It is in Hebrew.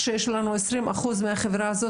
כשעל סדר היום זה הנושא של מקצועות הבריאות,